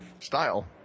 style